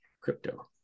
crypto